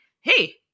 hey